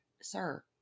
sir